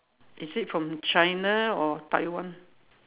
is it from China or Taiwan